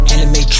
Anime